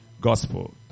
gospel